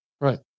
right